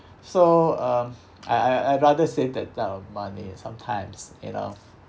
so um I I I'd rather save that uh money sometimes you know